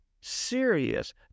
serious